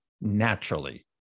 naturally